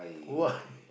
why